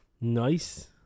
Nice